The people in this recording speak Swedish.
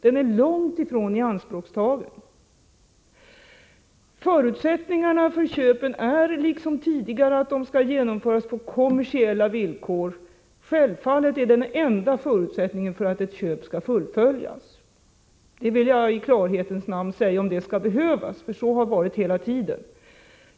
Den är långt ifrån ianspråktagen. Förutsättningarna för köpen är, liksom tidigare, att de skall genomföras på kommersiella villkor. Självfallet är det den enda förutsättningen för att ett köp skall fullföljas — det vill jag i klarhetens namn säga, om det skall behövas. Så har det varit hela tiden.